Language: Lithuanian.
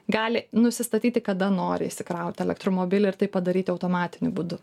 gali nusistatyti kada nori įsikrauti elektromobilį ir tai padaryti automatiniu būdu